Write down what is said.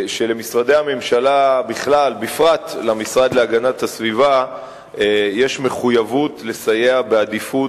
שלמשרדי הממשלה בכלל ולמשרד להגנת הסביבה בפרט יש מחויבות לסייע בעדיפות